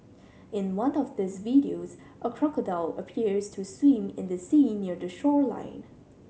in one of these videos a crocodile appears to swim in the sea near the shoreline